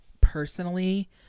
personally